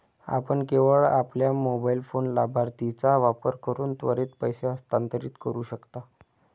आपण केवळ आपल्या मोबाइल फोन लाभार्थीचा वापर करून त्वरित पैसे हस्तांतरित करू शकता